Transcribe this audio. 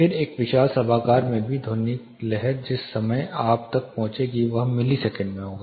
फिर एक विशाल सभागार में भी ध्वनिक लहर जिस समय आप तक पहुँचेगी वह मिलिसेकंड में होगी